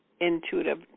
intuitive